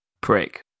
prick